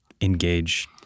engage